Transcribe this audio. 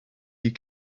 you